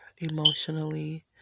emotionally